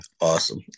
awesome